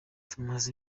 tumaze